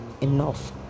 enough